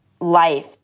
life